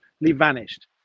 vanished